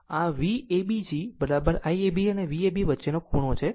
આ Vabg Iab અને Vab વચ્ચેનો ખૂણો છે